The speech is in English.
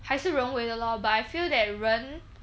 还是人为的 lor but I feel that 人